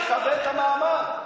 תכבד את המעמד.